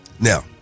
Now